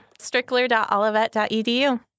strickler.olivet.edu